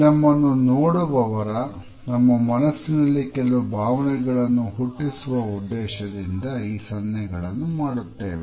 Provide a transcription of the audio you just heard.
ನಮ್ಮನ್ನು ನೋಡುವವರ ನಮ್ಮ ಮನಸ್ಸಿನಲ್ಲಿ ಕೆಲವು ಭಾವನೆಗಳನ್ನು ಹುಟ್ಟಿಸುವ ಉದ್ದೇಶದಿಂದ ಈ ಸನ್ನೆಗಳನ್ನು ಮಾಡುತ್ತೇವೆ